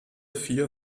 vier